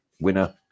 winner